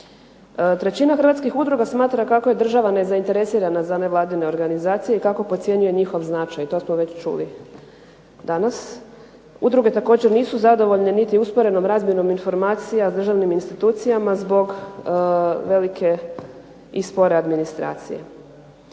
Trećina hrvatskih udruga smatra kako je država nezainteresirana za nevladine organizacije i kako podcjenjuje njihov značaj, to smo već čuli danas. Udruge također nisu zadovoljne niti usporenom razmjenom informacija s državnim institucijama zbog velike i spore administracije.